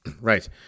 Right